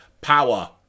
power